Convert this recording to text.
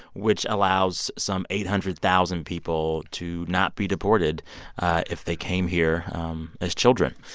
which allows some eight hundred thousand people to not be deported if they came here um as children.